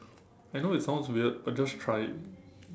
I know it sounds weird but just try it